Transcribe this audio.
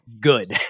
good